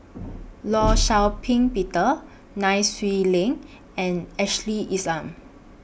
law Shau Ping Peter Nai Swee Leng and Ashley Isham